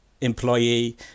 employee